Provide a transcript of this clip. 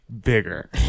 bigger